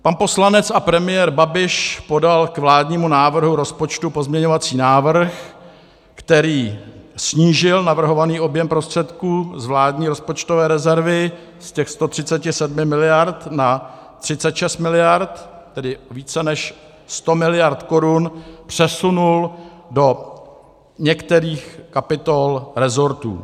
Pan poslanec a premiér Babiš podal k vládnímu návrhu rozpočtu pozměňovací návrh, který snížil navrhovaný objem prostředků z vládní rozpočtové rezervy z těch 137 miliard na 36 miliard, tedy více než 100 miliard korun přesunul do některých kapitol resortů.